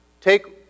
take